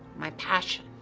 my passion,